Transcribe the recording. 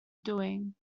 doing